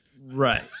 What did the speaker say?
Right